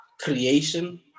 creation